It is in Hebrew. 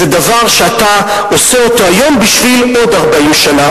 זה דבר שאתה עושה אותו היום בשביל עוד 40 שנה,